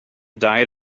diet